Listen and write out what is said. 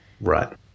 Right